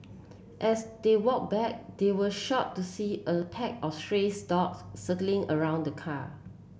as they walk back they were shocked to see a pack of strays dogs circling around the car